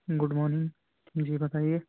good morning جی بتائیے